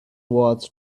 walls